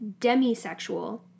demisexual